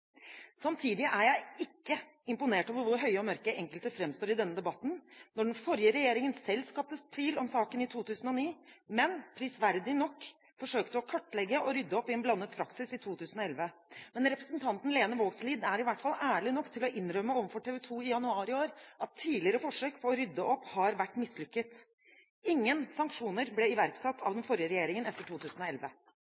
Samtidig er jeg ikke imponert over hvor høye og mørke enkelte framstår i denne debatten, når den forrige regjeringen selv skapte tvil om saken i 2009, men prisverdig nok forsøkte å kartlegge og rydde opp i en blandet praksis i 2011. Men representanten Lene Vågslid er i hvert fall ærlig nok til å innrømme overfor TV 2 i januar i år at tidligere forsøk på å rydde opp har vært mislykket. Ingen sanksjoner ble iverksatt av